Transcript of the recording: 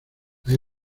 hay